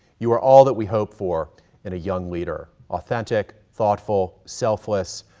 you are all that we hope for in a young leader, authentic, thoughtful, selfless,